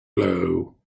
blow